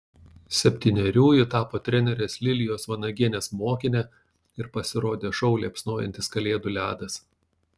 septynerių ji tapo trenerės lilijos vanagienės mokine ir pasirodė šou liepsnojantis kalėdų ledas